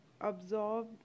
Absorb